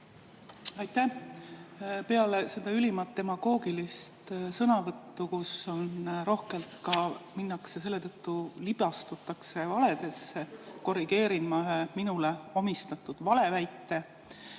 Aitäh! Peale seda ülimalt demagoogilist sõnavõttu, kus rohkelt ka selle tõttu libastuti valedesse, korrigeerin ma ühe minule omistatud valeväite.